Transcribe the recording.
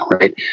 right